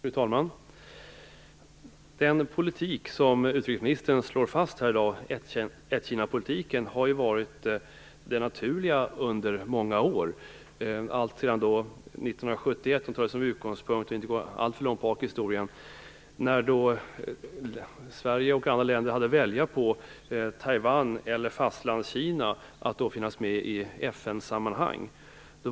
Fru talman! Den politik som utrikesministern slår fast här i dag, "ett-Kina-politiken", har ju varit den naturliga under många år. Sverige och andra länder hade 1971 - jag tar det som utgångspunkt för att inte gå alltför långt tillbaka i historien - att välja mellan att Taiwan eller Fastlandskina skulle finnas med i FN-sammanhang.